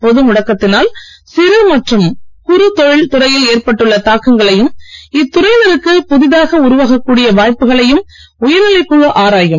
பொது முடக்கத்தினால் சிறு மற்றும் குறுந் தொழில் துறையில் ஏற்பட்டுள்ள தாக்கங்களையும் இத்துறையினருக்கு புதிதாக உருவாக கூடிய வாய்ப்புகளையும் உயர்நிலைக் குழு ஆராயும்